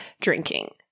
drinking